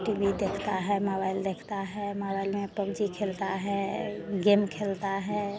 T V देखता है mobile देखता है मोबाइल में पब जी खेलता है गेम खेलता है